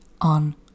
on